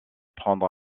prendre